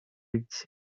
edge